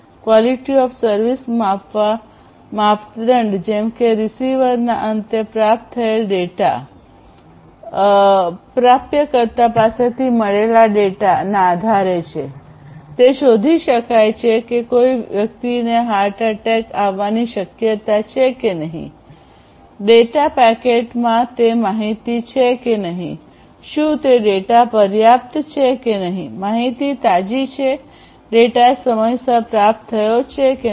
QoS માપવા માપદંડ જેમ કે રીસીવરના અંતે પ્રાપ્ત થયેલ ડેટા પ્રાપ્તકર્તા પાસેથી મળેલા ડેટા ના આધારે તે શોધી શકાય છે કે કોઈ વ્યક્તિને હાર્ટ એટેક આવવાની શક્યતા છે ડેટા પેકેટમાં તે માહિતી છે કે નહીં શું તે ડેટા પર્યાપ્ત છે કે નહીં માહિતી તાજી છે ડેટા સમયસર પ્રાપ્ત થયો છે કે નહીં